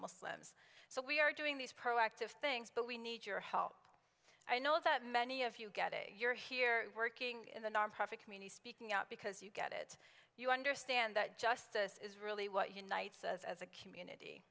muslims so we are doing these proactive things but we need your help i know that many of you get a you're here working in the nonprofit community speaking out because you get it you understand that justice is really